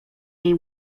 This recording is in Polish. jej